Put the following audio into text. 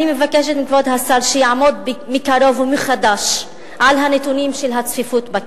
אני מבקשת מכבוד השר שיעמוד מקרוב ומחדש על הנתונים של הצפיפות בכיתה.